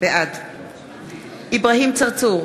בעד אברהים צרצור,